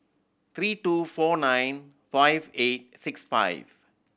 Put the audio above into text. three two four nine five eight six five